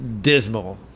dismal